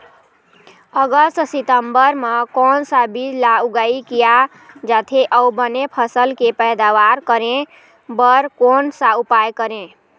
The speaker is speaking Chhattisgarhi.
अगस्त सितंबर म कोन सा बीज ला उगाई किया जाथे, अऊ बने फसल के पैदावर करें बर कोन सा उपाय करें?